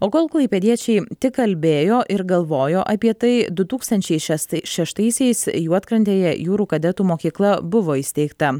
o kol klaipėdiečiai tik kalbėjo ir galvojo apie tai du tūkstančiai šest šeštaisiais juodkrantėje jūrų kadetų mokykla buvo įsteigta